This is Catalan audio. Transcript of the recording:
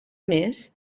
més